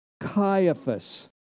Caiaphas